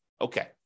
okay